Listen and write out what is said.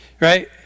right